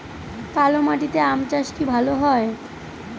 কালো মাটিতে আম চাষ কি ভালো হয়?